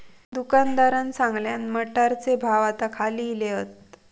दुकानदारान सांगल्यान, मटारचे भाव आता खाली इले हात